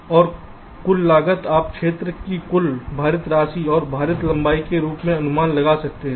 और कुल लागत आप क्षेत्र के कुछ भारित राशि और भारित लंबाई के रूप में अनुमान लगा सकते हैं